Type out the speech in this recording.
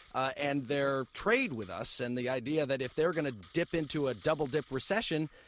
ah and their trade with us. and the idea that if they're going to dip into a double-dip recession,